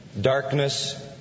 darkness